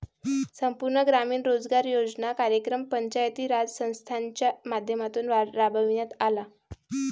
संपूर्ण ग्रामीण रोजगार योजना कार्यक्रम पंचायती राज संस्थांच्या माध्यमातून राबविण्यात आला